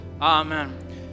amen